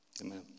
Amen